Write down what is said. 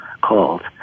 called